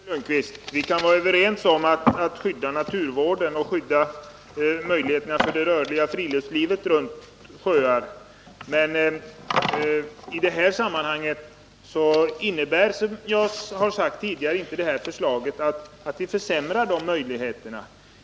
Fru talman! Vi kan vara överens om målet att skydda naturvården och skydda möjligheterna för det rörliga friluftslivet runt sjöar. Men det föreliggande förslaget innebär, som jag redan sagt, inte att vi försämrar dessa möjligheter.